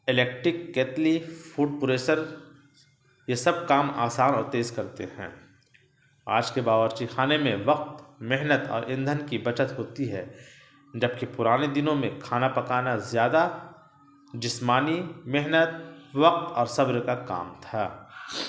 electric kettle food processor یہ سب کام آسان اور تیز کرتے ہیں آج کے باورچی خانے میں وقت محنت اور ایندھن کی بچت ہوتی ہے جبکہ پرانے دنوں میں کھانا پکانا زیادہ جسمانی محنت وقت اور صبر کا کام تھا